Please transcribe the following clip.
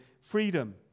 freedom